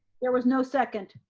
there was no second.